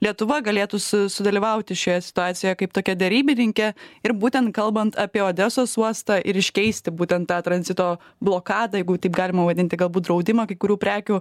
lietuva galėtų su sudalyvauti šioje situacijoje kaip tokia derybininkė ir būtent kalbant apie odesos uostą ir iškeisti būtent tą tranzito blokadą jeigu taip galima vadinti galbūt draudimą kai kurių prekių